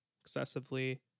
excessively